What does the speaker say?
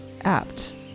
apt